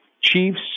Chiefs